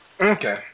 Okay